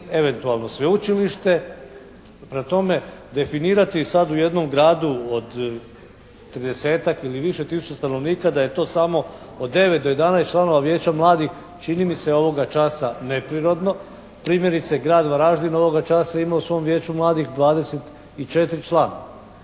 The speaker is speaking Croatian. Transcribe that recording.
eventualno sveučilište. Prema tome, definirati sada u jednom gradu od tridesetak ili više tisuća stanovnika da je to samo od 9 do 11 članova vijeća mladih čini mi se ovoga časa neprirodno. Primjerice, grad Varaždin ovoga časa ima u svom Vijeću mladih dvadeset